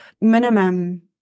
minimum